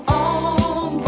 on